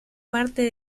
parte